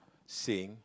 sing